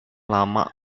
lama